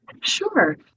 Sure